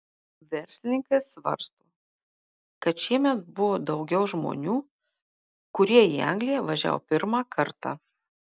verslininkai svarsto kad šiemet buvo daugiau žmonių kurie į angliją važiavo pirmą kartą